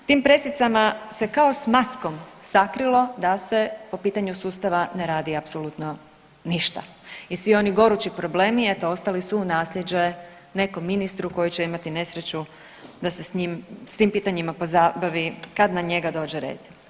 Tim presicama se kao s maskom sakrilo da se po pitanju sustava ne radi apsolutno ništa i svi oni gorući problemi, eto ostali su u naslijeđe nekom ministru koji će imati nesreću da se s njim, s tim pitanjima pozabavi kad na njega dođe red.